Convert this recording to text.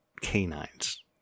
canines